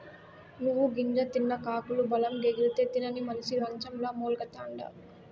నువ్వు గింజ తిన్న కాకులు బలంగెగిరితే, తినని మనిసి మంచంల మూల్గతండా